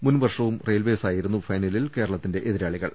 മുൻ വർഷവും റെയിൽവെയ്സായിരുന്നു ഫൈന ലിൽ കേരളത്തിന്റെ എതിരാളികൾ